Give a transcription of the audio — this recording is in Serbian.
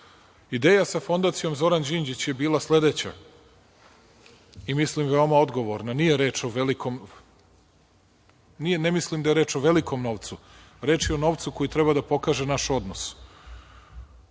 sa Fondacijom Zoran Đinđić je bila sledeća, i mislim veoma odgovorna. Ne mislim da je reč o velikom novcu, reč je o novcu koji treba da pokaže naš odnos.